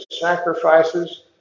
sacrifices